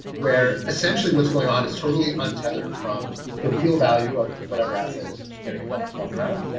where essentially what's going on is totally untethered from the real value of whatever asset is getting a bubble formed around.